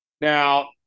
Now